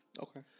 Okay